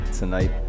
tonight